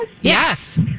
yes